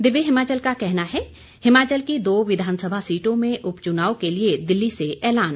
दिव्य हिमाचल का कहना है हिमाचल की दो विधानसभा सीटों में उपचुनाव के लिए दिल्ली से ऐलान